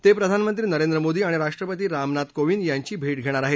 ते प्रधानमंत्री नरेंद्र मोदी आणि राष्ट्रपती रामनाथ कोविंद यांची भेट घेणार आहेत